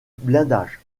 blindage